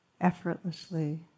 effortlessly